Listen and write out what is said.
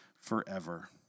forever